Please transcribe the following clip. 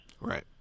right